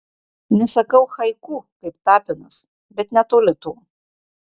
nesakau haiku kaip tapinas bet netoli to